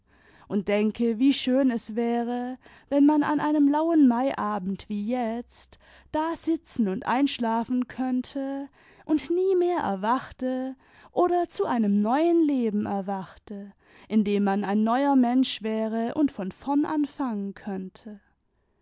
und denke wie schön es wäre wenn man an einem lauen maiabend wie jetzt da sitzen und einschlafen könnte und nie mehr erwachte oder zu einem neuen leben erwachte in dem man ein neuer mensch wäre und von vom anfangen könnte